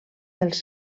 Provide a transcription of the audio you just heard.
dels